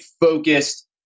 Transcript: focused